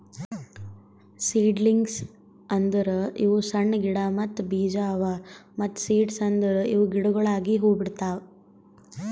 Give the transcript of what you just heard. seedlings ಅಂದುರ್ ಇವು ಸಣ್ಣ ಗಿಡ ಮತ್ತ್ ಬೀಜ ಅವಾ ಮತ್ತ ಸೀಡ್ಸ್ ಅಂದುರ್ ಇವು ಗಿಡಗೊಳಾಗಿ ಹೂ ಬಿಡ್ತಾವ್